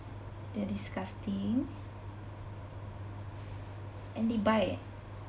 they're disgusting and they bite